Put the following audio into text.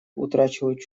утрачивают